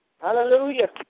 Hallelujah